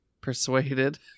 persuaded